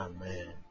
Amen